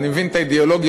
ואני מבין את האידיאולוגיה,